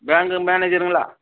பேங்க்கு மேனஜருங்களா